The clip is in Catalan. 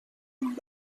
amb